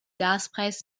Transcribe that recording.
gaspreis